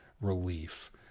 relief